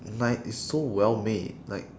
like it's so well made like